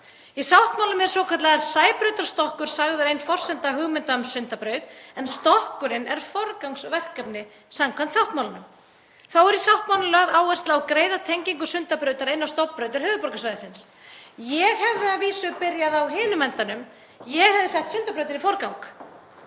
Í sáttmálanum er svokallaður Sæbrautarstokkur sagður ein forsenda hugmynda um Sundabraut en stokkurinn er forgangsverkefni samkvæmt sáttmálanum. Þá er í sáttmálanum lögð áhersla á greiða tengingu Sundabrautar inn á stofnbrautir höfuðborgarsvæðisins. Ég hefði að vísu byrjað á hinum endanum. Ég hefði sett Sundabrautina í forgang